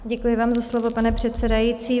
Děkuji vám za slovo, pane předsedající.